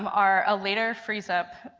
um r a later freeze up